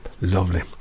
Lovely